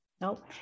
Nope